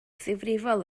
ddifrifol